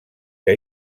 que